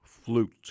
Flute